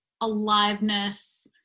aliveness